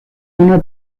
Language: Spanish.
una